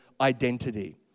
identity